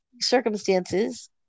circumstances